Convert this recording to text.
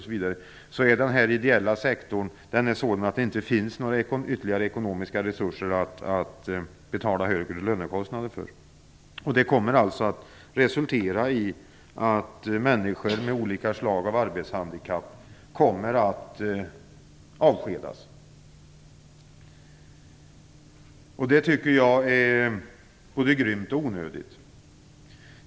Den ideella sektorn är sådan att det inte finns några ekonomiska resurser att betala högre lönekostnader för. Det kommer alltså att resultera i att människor med olika slag av arbetshandikapp avskedas. Jag tycker att det är både grymt och onödigt.